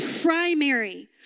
primary